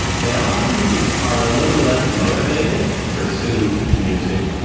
they often are a little less motivated to pursue music.